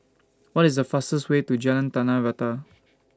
What IS The fastest Way to Jalan Tanah Rata